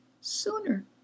sooner